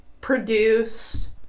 produced